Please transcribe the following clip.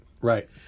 right